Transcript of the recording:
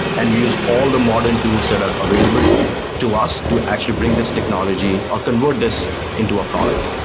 and we use all the modern tools that are available to us to actually bring this technology, or convert this into a product